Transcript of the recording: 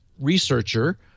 researcher